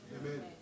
Amen